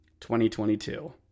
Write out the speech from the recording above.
2022